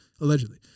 allegedly